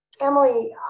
Emily